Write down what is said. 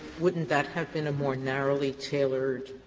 wouldn't that have been a more narrowly tailored